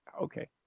Okay